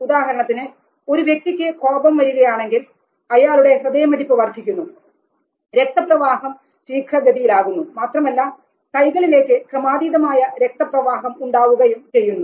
ഉദാഹരണത്തിന് ഒരു വ്യക്തിയ്ക്ക് കോപം വരികയാണെങ്കിൽ അയാളുടെ ഹൃദയമിടിപ്പ് വർധിക്കുന്നു രക്തപ്രവാഹം ശീഘ്ര ഗതിയിലാകുന്നു മാത്രമല്ല കൈകളിലേക്ക് ക്രമാതീതമായ രക്തപ്രവാഹം ഉണ്ടാകുകയും ചെയ്യുന്നു